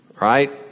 right